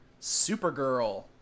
Supergirl